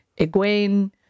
Egwene